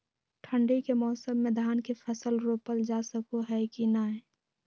ठंडी के मौसम में धान के फसल रोपल जा सको है कि नय?